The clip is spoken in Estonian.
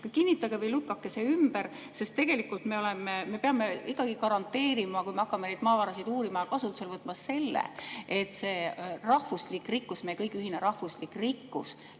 Kinnitage või lükake see ümber. Tegelikult me peame ikkagi garanteerima, et kui me hakkame neid maavarasid uurima ja kasutusele võtma, siis see rahvuslik rikkus – meie kõigi ühine rahvuslik rikkus